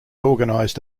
organized